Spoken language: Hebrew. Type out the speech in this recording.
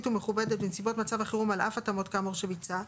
ומכובדת בנסיבות מצב החירום על אף התאמות כאמור שביצע,